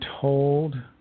told